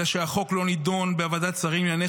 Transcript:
אלא שהחוק לא נדון בוועדת השרים לענייני